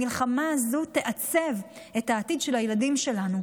המלחמה הזאת תעצב את העתיד של הילדים שלנו,